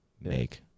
make